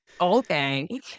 okay